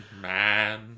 man